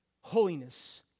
holiness